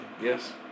yes